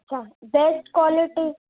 अछा best quality